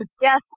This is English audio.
Yes